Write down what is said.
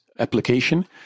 application